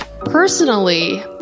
Personally